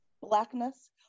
blackness